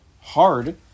hard